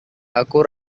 aku